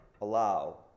Allow